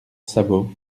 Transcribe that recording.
sabot